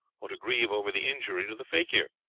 or to grieve over the injury to the fakir.